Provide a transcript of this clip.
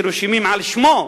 שרשומים על שמו,